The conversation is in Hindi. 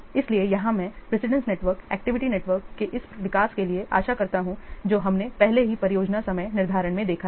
इसलिए यहां मैं प्रेसिडेंस नेटवर्क एक्टिविटी नेटवर्क के इस विकास के लिए आशा करता हूं जो हमने पहले ही परियोजना समय निर्धारण में देखा है